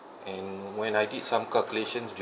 and when I did some calculations